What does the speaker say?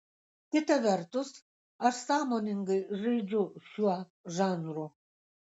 kita vertus aš sąmoningai žaidžiu šiuo žanru